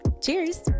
Cheers